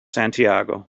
santiago